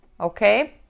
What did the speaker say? okay